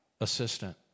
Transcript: assistant